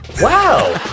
Wow